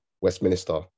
Westminster